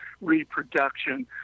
reproduction